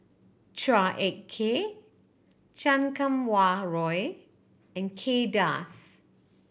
Chua Ek Kay Chan Kum Wah Roy and Kay Das